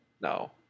No